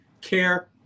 care